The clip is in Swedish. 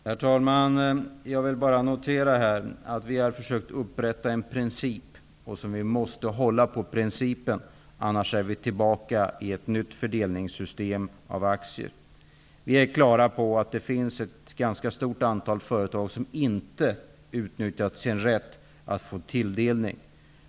Herr talman! Jag vill bara notera att vi har försökt att upprätta en princip som vi måste hålla på, annars är vi tillbaka i ett nytt fördelningssystem av aktier. Vi är på det klara med att det finns ett ganska stort antal företag som inte har utnyttjat sin rätt att få tilldelning.